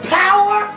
power